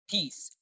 Peace